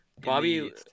Bobby